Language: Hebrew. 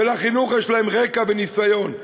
ובחינוך יש להם רקע וניסיון,